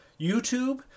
youtube